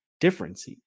difference